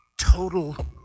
total